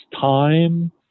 time